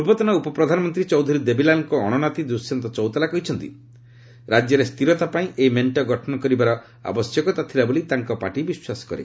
ପୂର୍ବତନ ଉପପ୍ରଧାନମନ୍ତ୍ରୀ ଚୌଧୁରୀ ଦେବୀଲାଲ୍ଙ୍କ ଅଣନାତି ଦୁଷ୍ୟନ୍ତ ଚୌତାଲା କହିଛନ୍ତି ରାଜ୍ୟରେ ସ୍ଥିରତା ପାଇଁ ଏହି ମେଣ୍ଟ ଗଠନ କରିବାର ଆବଶ୍ୟକତା ଥିଲା ବୋଲି ତାଙ୍କ ପାର୍ଟି ବିଶ୍ୱାସ କରେ